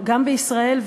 ישראל.